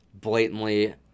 blatantly